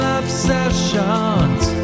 obsessions